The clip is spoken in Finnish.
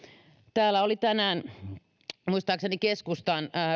täällä oli tänään muistaakseni keskustan